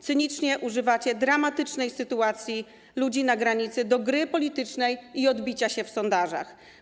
Cynicznie używacie dramatycznej sytuacji ludzi na granicy do gry politycznej i odbicia się w sondażach.